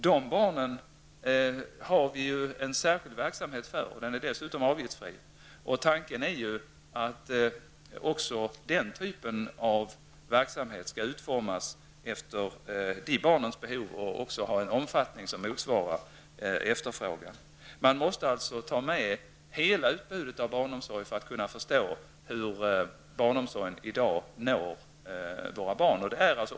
Dessa barn har vi en särskild, avgiftsfri verksamhet för. Tanken är att också den typen av verksamhet skall utformas efter dessa barns behov och ha en omfattning som motsvarar efterfrågan. Man måste alltså ta med hela utbudet av barnomsorg för att kunna förstå hur barnomsorgen i dag når våra barn.